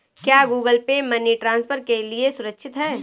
क्या Google Pay money transfer के लिए सुरक्षित है?